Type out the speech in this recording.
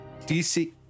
DC